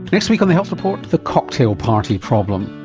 next week on the health report, the cocktail party problem.